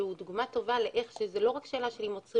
זאת דוגמה טובה שזאת לא רק שאלה של אם עוצרים